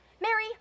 Mary